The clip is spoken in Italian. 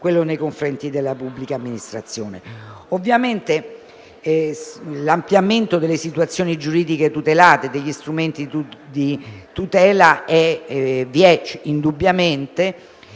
nei confronti della pubblica amministrazione. L'ampliamento delle situazioni giuridiche tutelate e degli strumenti di tutela è indubbiamente